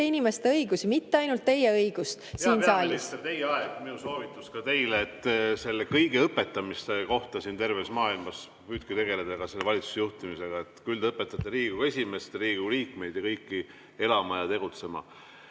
inimeste õigusi, mitte ainult teie õigust siin saalis. Hea peaminister, teie aeg! Minu soovitus ka teile selle kõige õpetamise kohta terves maailmas, püüdke tegeleda ka selle valitsuse juhtimisega. Küll te õpetajate Riigikogu esimeest ja Riigikogu liikmeid ja kõiki elama ja tegutsema. Läheme